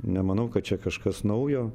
nemanau kad čia kažkas naujo